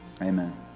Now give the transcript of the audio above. amen